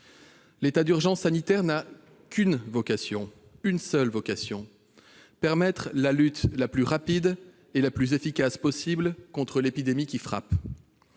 L'état d'urgence sanitaire n'a qu'une seule vocation : permettre la lutte la plus rapide et la plus efficace possible contre l'épidémie qui frappe.